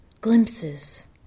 glimpses